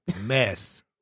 mess